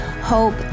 hope